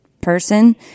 person